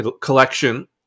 collection